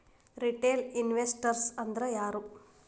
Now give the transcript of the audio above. Retail investors ಅಂದ್ರಾ ಯಾರು?